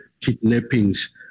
kidnappings